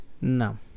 No